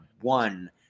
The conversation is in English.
one